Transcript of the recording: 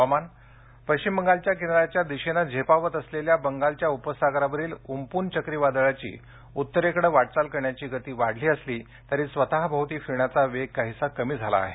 हवामान पश्चिम बंगालच्या किनार्याआच्या दिशेनं झेपावत असलेल्या बंगालच्या उपसागरावरील उम पून चक्रीवादळाची उत्तरेकडे वाटचाल करण्याची गती वाढली असली तरी स्वतः भोवती फिरण्याचा वेग काहीसा कमी झाला आहे